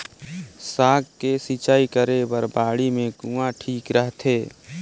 साग के सिंचाई करे बर बाड़ी मे कुआँ ठीक रहथे?